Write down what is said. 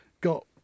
got